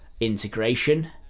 integration